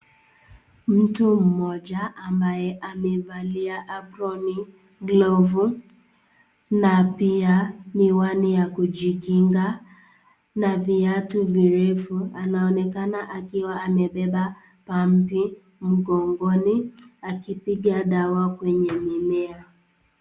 Mtu mmoja ambaye amevalia aproni, glovu na pia miwani ya kujikinga na viatu virefu anaonekana akiwa amebeba pampi mgongoni akipiga dawa kwenye mimea.